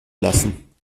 lassen